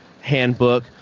handbook